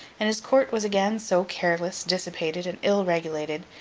and his court was again so careless, dissipated, and ill-regulated,